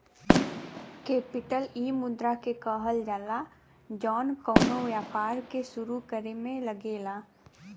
capital इ मुद्रा के कहल जाला जौन कउनो व्यापार के सुरू करे मे लगेला